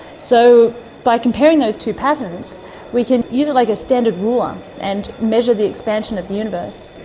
so by comparing those two patterns we can use it like a standard ruler um and measure the expansion of the universe.